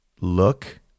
look